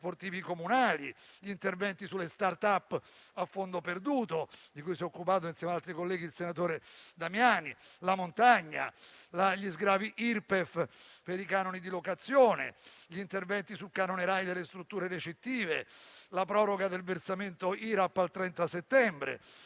gli interventi sulle *startup* a fondo perduto, di cui si è occupato insieme ad altri colleghi il senatore Damiani, la montagna, gli sgravi Irpef per i canoni di locazione, gli interventi sul canone RAI delle strutture ricettive, la proroga del versamento IRAP al 30 settembre